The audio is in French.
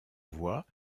voix